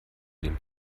den